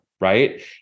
right